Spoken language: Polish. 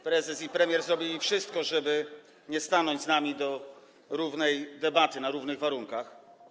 Prezes i premier zrobili wszystko, żeby nie stanąć z nami do równej debaty, na równych warunkach.